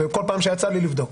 בכל פעם שיצא לי לבדוק,